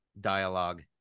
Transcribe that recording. dialogue